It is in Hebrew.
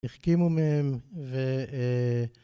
החכימו מהם